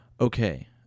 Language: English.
Okay